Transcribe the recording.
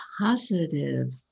positive